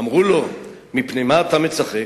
אמרו לו: מפני מה אתה מצחק?